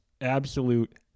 absolute